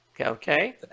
Okay